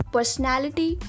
Personality